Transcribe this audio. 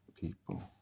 people